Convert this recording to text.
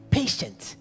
patient